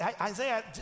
Isaiah